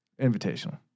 Invitational